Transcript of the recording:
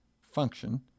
function